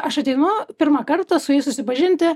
aš ateinu pirmą kartą su jais susipažinti